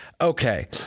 Okay